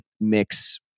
mix